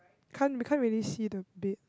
can't we can't really see the bait